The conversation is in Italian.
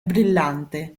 brillante